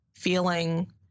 feeling